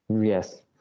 Yes